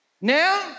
Now